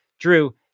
Drew